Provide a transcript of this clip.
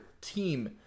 team